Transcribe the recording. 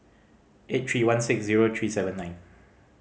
eight three one six zero three seven nine